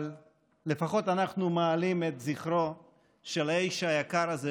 אבל לפחות אנחנו מעלים את זכרו של האיש היקר הזה,